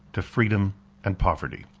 to freedom and poverty.